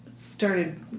started